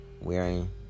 wearing